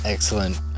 Excellent